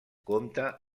compta